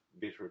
better